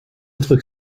autres